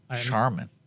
Charmin